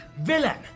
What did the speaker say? Villain